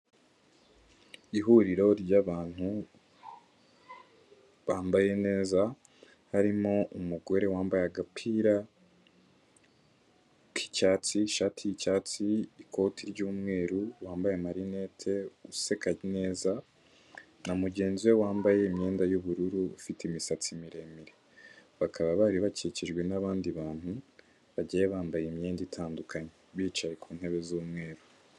Ihuriro ry'abantu bambaye neza harimo umugore wambaye agapira k'icyatsi, ishati y’icyatsi, ikoti ry’umweru, wambaye amarinete, useka neza na mugenzi we wambaye imyenda y’ubururu, ufite imisatsi miremire, bakaba bari bakikijwe n’abandi bantu bagiye bambaye imyenda itandukanye bicaye ku ntebe z’umweru.